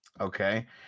Okay